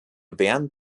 während